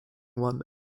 one